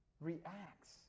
reacts